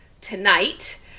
tonight